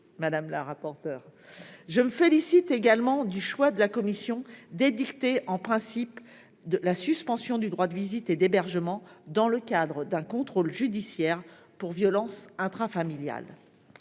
madame la rapporteure. Je me félicite également du choix de la commission d'ériger en principe la suspension du droit de visite et d'hébergement dans le cadre d'un contrôle judiciaire pour violences intrafamiliales.